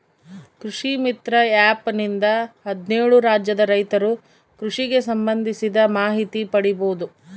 ಕೃಷಿ ಮಿತ್ರ ಆ್ಯಪ್ ನಿಂದ ಹದ್ನೇಳು ರಾಜ್ಯದ ರೈತರು ಕೃಷಿಗೆ ಸಂಭಂದಿಸಿದ ಮಾಹಿತಿ ಪಡೀಬೋದು